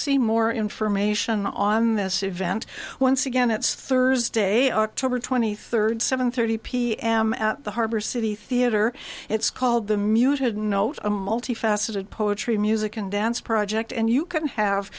see more information on this event once again it's thursday october twenty third seven thirty pm at the harbor city theater it's called the muted note a multifaceted poetry music and dance project and you can have